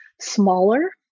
smaller